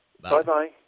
Bye-bye